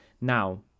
Now